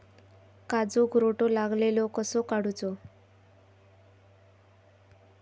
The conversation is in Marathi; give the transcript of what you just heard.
काजूक रोटो लागलेलो कसो काडूचो?